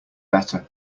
better